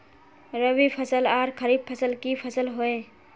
रवि फसल आर खरीफ फसल की फसल होय?